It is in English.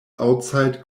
outside